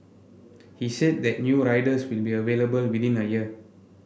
he said that new riders will be available within a year